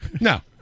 No